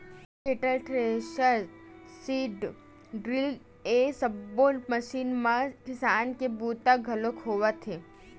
cultivator, thresher, seed drill ए सब्बो machine म किसानी के बूता घलोक होवत हे